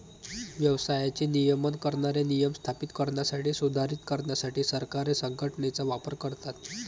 व्यवसायाचे नियमन करणारे नियम स्थापित करण्यासाठी, सुधारित करण्यासाठी सरकारे संघटनेचा वापर करतात